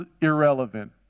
irrelevant